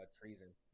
treason